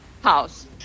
house